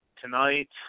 tonight